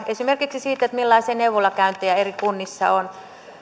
esimerkiksi siinä millaisia neuvolakäyntejä eri kunnissa on